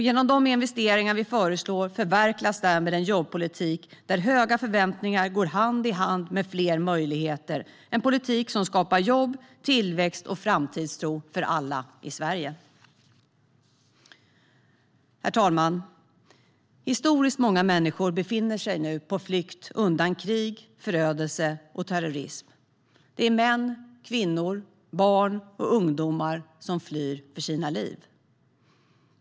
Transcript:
Genom de investeringar vi föreslår förverkligas därmed en jobbpolitik där höga förväntningar går hand i hand med fler möjligheter, en politik som skapar jobb, tillväxt och framtidstro för alla i Sverige. Herr talman! Historiskt många människor befinner sig på flykt undan krig, förödelse och terrorism. Det är män, kvinnor, barn och ungdomar som flyr för sina liv.